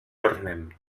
tornem